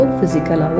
physical